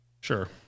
Sure